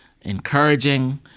encouraging